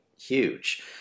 huge